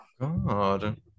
God